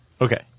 Okay